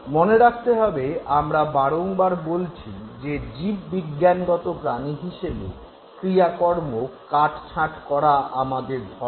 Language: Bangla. মনে রাখতে হবে আমরা বারংবার বলছি যে জীববিজ্ঞানগত প্রাণী হিসেবে ক্রিয়াকর্ম কাটছাঁট করা আমাদের ধর্ম